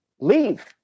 leave